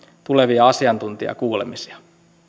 tulevia asiantuntijakuulemisia